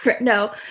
No